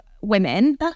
women